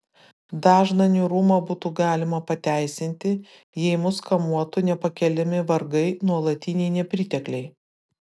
dažną niūrumą būtų galima pateisinti jei mus kamuotų nepakeliami vargai nuolatiniai nepritekliai